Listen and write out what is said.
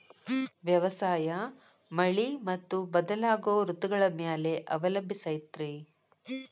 ವ್ಯವಸಾಯ ಮಳಿ ಮತ್ತು ಬದಲಾಗೋ ಋತುಗಳ ಮ್ಯಾಲೆ ಅವಲಂಬಿಸೈತ್ರಿ